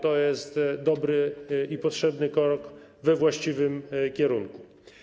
To jest dobry i potrzebny krok we właściwym kierunku.